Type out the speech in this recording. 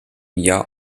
jahr